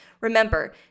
Remember